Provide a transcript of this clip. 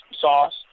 sauce